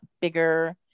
bigger